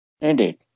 Indeed